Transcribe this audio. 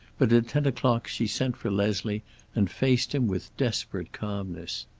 but at ten o'clock she sent for leslie and faced him with desperate calmness.